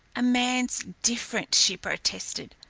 a man's different, she protested.